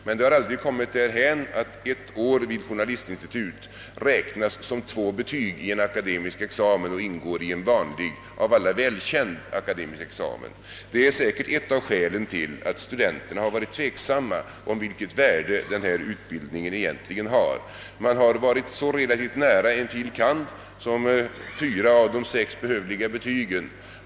men man har aldrig kommit därhän att ett år vid journalistinstitut räknas som två betyg och ingår i en vanlig av alla välkänd akademisk examen. Detta är säkert ett av skälen till att studenterna varit tveksamma om vilket värde denna utbildning egentligen har. De har varit så relativt nära en fil. kand. att de haft fyra av de sex behövliga betygen.